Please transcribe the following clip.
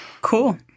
Cool